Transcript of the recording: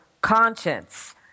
conscience